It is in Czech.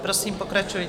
Prosím, pokračujte.